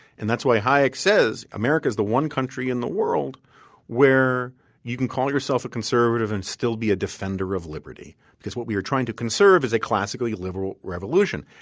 and that's why hayek says america is the one country in the world where you can call yourself a conservative and still be a defender of liberty because what we are trying to conserve is a classically liberal revolution.